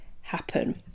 happen